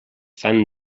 fan